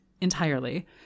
entirely